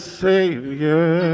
savior